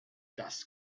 das